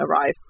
arrive